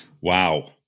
Wow